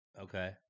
Okay